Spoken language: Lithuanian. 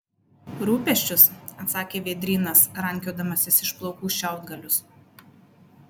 rūpesčius atsakė vėdrynas rankiodamasis iš plaukų šiaudgalius